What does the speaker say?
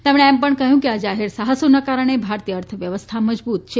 તેમણે એમ પણ કહ્યુંકે આ જાહેર સાહસો ને કારણે ભારતીય અર્થવ્યવસ્થા મજબૂત છે